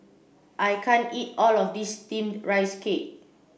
I can't eat all of this steamed rice cake